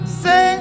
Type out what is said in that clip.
say